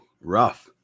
rough